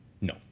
no